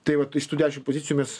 tai vat iš tų dešim pozicijų mes